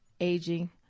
aging